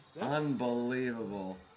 Unbelievable